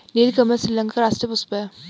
नीलकमल श्रीलंका का राष्ट्रीय पुष्प है